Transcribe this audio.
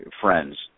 friends